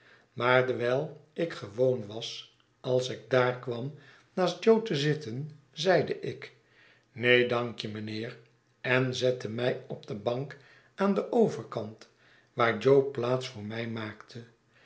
maar dewijl ik gewoon was als ik daar kwam naast jo te zitten zeide ik neen dankje mijnheer en zette mij op de bank aan den overkant waar jo plaats voor mij maakte